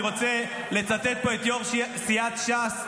אני רוצה לצטט פה את יו"ר סיעת ש"ס,